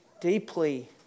deeply